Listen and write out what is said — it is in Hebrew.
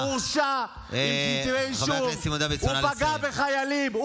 הוא עבריין מורשע עם כתבי אישום, הוא פגע בחיילים.